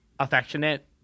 affectionate